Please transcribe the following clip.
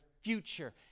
future